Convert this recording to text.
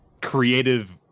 creative